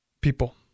people